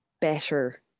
better